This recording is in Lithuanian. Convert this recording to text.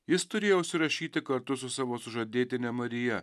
jis turėjo užsirašyti kartu su savo sužadėtine marija